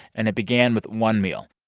and it began with one meal.